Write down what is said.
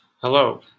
Hello